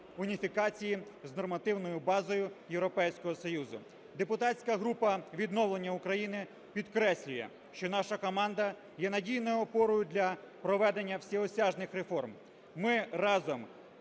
уніфікації з нормативною базою Європейського Союзу. Депутатська група "Відновлення України" підкреслює, що наша команда є надійною опорою для проведення всеосяжних реформ. Ми разом